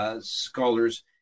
scholars